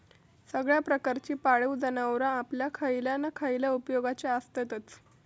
सगळ्या प्रकारची पाळीव जनावरां आपल्या खयल्या ना खयल्या उपेगाची आसततच